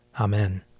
Amen